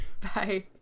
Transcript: -bye